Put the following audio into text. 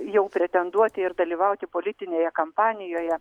jau pretenduoti ir dalyvauti politinėje kampanijoje